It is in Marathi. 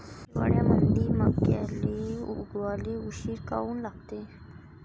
हिवाळ्यामंदी मक्याले उगवाले उशीर काऊन लागते?